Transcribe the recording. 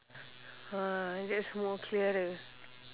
ah that's more clearer